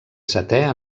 setè